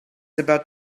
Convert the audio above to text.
about